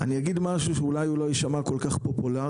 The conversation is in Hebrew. אני אגיד משהו שאולי לא יישמע כל כך פופולארי,